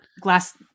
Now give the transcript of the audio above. glass